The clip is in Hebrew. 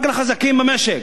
רק לחזקים במשק.